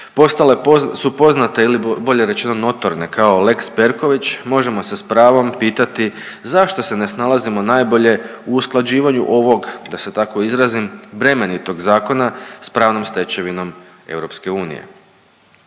postale po…, su poznate ili bolje rečeno notorne kao lex Perković, možemo se s pravom pitati zašto se ne snalazimo najbolje u usklađivanju ovog da se tako izrazim bremenitog zakona s pravnom stečevinom EU.